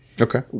Okay